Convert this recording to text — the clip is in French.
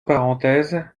parenthèses